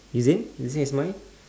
is it the same as mine